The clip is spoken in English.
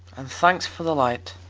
and thanks for the light.